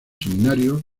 seminarios